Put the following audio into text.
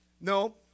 No